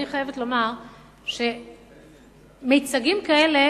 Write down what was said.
אני חייבת לומר שמיצגים כאלה